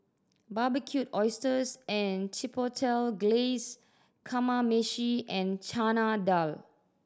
Barbecued Oysters with Chipotle Glaze Kamameshi and Chana Dal